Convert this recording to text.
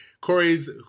Corey's